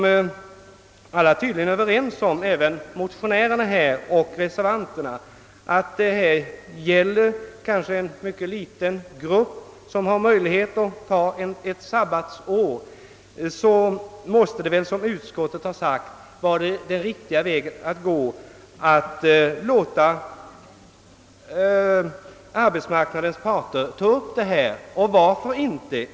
Om det, som alla tydligen är överens om, även motionärerna och reservanterna, är en mycket liten grupp som har möjlighet att ta ett sabbatsår, så måste det väl, som utskottet har sagt, vara den riktiga vägen att låta arbetsmarknadens parter ta upp frågan.